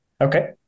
Okay